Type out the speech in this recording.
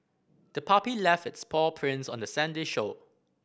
the puppy left its paw prints on the sandy shore